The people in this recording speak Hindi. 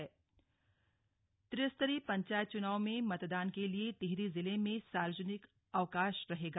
कर्मचारी अवकाश त्रिस्तरीय पंचायत चुनाव में मतदान के दिन टिहरी जिले मे सार्वजनिक अवकाश रहेगा